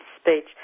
speech